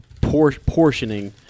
portioning